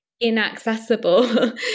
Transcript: inaccessible